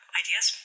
ideas